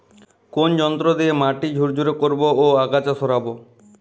কোন যন্ত্র দিয়ে মাটি ঝুরঝুরে করব ও আগাছা সরাবো?